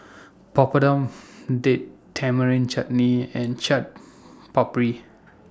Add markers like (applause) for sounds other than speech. Papadum (noise) Date Tamarind Chutney and Chaat (noise) Papri (noise)